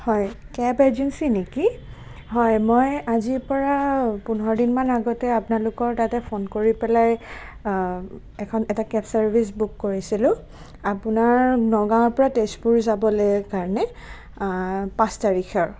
হয় cab agency নেকি হয় মই আজিৰ পৰা পোন্ধৰ দিন মান আগতে আপোনালোকৰ তাতে ফোন কৰি পেলাই এখন এটা কেব চাৰ্ভিছ বুক কৰিছিলোঁ আপোনাৰ নগাঁৱৰ পৰা তেজপুৰ যাবলৈ কাৰণে পাঁচ তাৰিখৰ